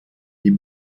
die